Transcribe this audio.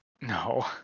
no